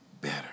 better